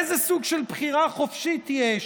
איזה סוג של בחירה חופשית יש